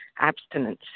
abstinence